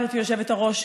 גברתי היושבת-ראש.